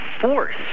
force